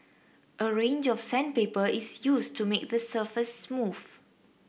a range of sandpaper is used to make the surface smooth